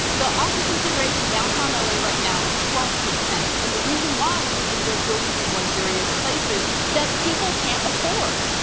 the occupancy rate in downtown la right now is twelve, and the reason why is because they are building these luxurious places that people can't afford,